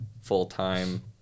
full-time